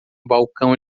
balcão